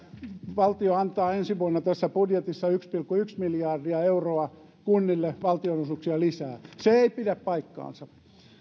valtio antaa ensi vuonna tässä budjetissa yksi pilkku yksi miljardia euroa kunnille valtionosuuksia lisää se ei pidä paikkaansa